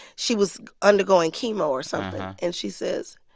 she was undergoing chemo or something. and she says,